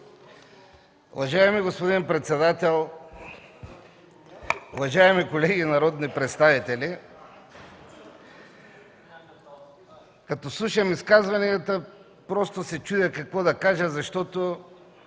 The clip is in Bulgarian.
Уважаеми господин председател, уважаеми колеги народни представители! Като слушам изказванията се чудя какво да кажа, защото